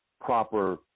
proper